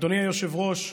אדוני היושב-ראש,